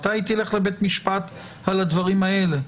מתי היא תלך לבית משפט על הדברים האלה?